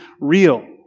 real